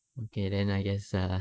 okay then I guess err